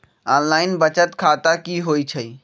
Online बचत खाता की होई छई?